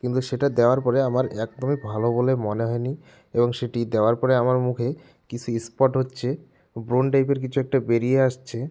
কিন্তু সেটা দেওয়ার পরে আমার একদমই ভালো বলে মনে হয়নি এবং সেটি দেওয়ার পরে আমার মুখে কিছু স্পট হচ্ছে ব্রণ টাইপের কিছু একটা বেরিয়ে আসছে